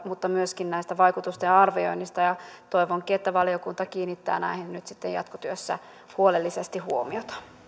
mutta myöskin näihin vaikutusten arviointiin liittyen toivonkin että valiokunta kiinnittää näihin nyt sitten jatkotyössä huolellisesti huomiota